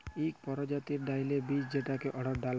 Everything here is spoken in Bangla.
ইক পরজাতির ডাইলের বীজ যেটাকে অড়হর ডাল ব্যলে